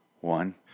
one